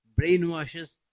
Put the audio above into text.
brainwashes